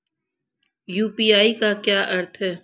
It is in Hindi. यू.पी.आई का क्या अर्थ है?